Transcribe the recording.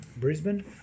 Brisbane